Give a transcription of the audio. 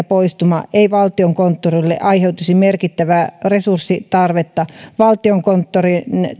poistuma ei valtiokonttorille aiheutuisi merkittävää resurssitarvetta valtiokonttorin